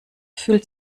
fühlt